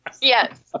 Yes